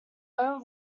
own